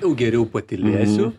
jau geriau patylėsiu